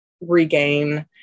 regain